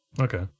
Okay